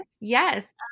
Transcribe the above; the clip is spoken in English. yes